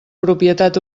propietat